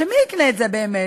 מי יקנה את זה באמת,